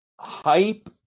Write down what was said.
hype